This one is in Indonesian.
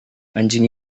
anjing